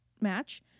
match